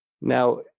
now